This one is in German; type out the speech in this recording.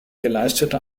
geleistete